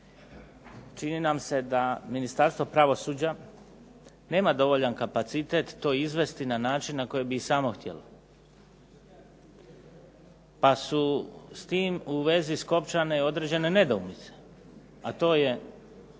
čini nam se da Ministarstvo pravosuđa nema dovoljan kapacitet to izvesti na način na koji bi samo htjelo. Pa su s tim u vezi skopčane i određene nedoumice, a to je